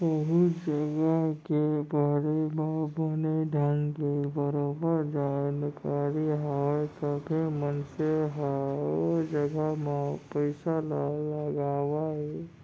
कोहूँ जघा के बारे म बने ढंग के बरोबर जानकारी हवय तभे मनसे ह ओ जघा म पइसा ल लगावय